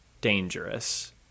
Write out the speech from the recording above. dangerous